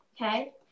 Okay